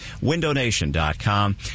WindowNation.com